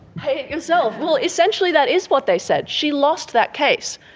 pay it yourself, well, essentially that is what they said. she lost that case.